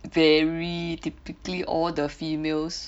very typically all the females